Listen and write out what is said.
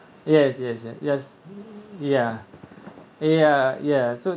yes yes yes ya ya ya ya so